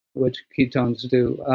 which ketones do.